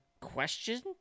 question